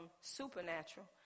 supernatural